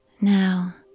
Now